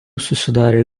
susidarė